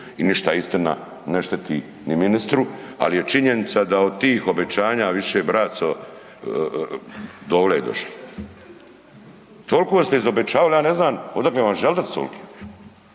i ništa istina ne šteti ni ministru, ali je činjenica da od tih obećanja više braco dovle je došlo. Tolko ste izobećavali ja ne znam odakle vam želudac toliki,